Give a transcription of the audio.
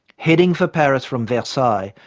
heading for paris from versailles,